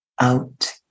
out